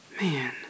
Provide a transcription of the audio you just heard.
Man